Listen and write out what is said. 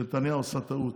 שנתניהו עשה טעות.